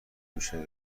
بیشتری